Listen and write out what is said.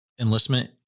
enlistment